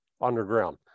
underground